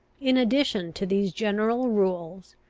in addition to these general rules,